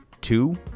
two